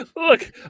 Look